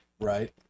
right